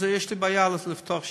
יש לי בעיה לפתוח שם,